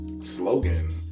slogan